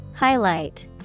Highlight